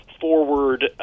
forward